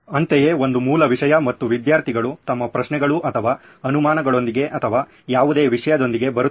ಅಂತೆಯೇ ಒಂದು ಮೂಲ ವಿಷಯ ಮತ್ತು ವಿದ್ಯಾರ್ಥಿಗಳು ತಮ್ಮ ಪ್ರಶ್ನೆಗಳು ಅಥವಾ ಅನುಮಾನಗಳೊಂದಿಗೆ ಅಥವಾ ಯಾವುದೇ ವಿಷಯದೊಂದಿಗೆ ಬರುತ್ತಾರೆ